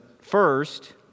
First